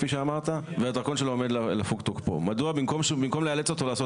כפי שאמרת מדוע במקום לאלץ אותו לעשות